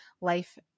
life